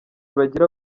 bagira